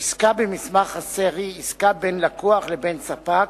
עסקה במסמך חסר היא עסקה בין לקוח לבין ספק